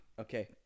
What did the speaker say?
Okay